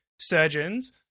surgeons